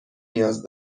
نیاز